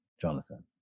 Jonathan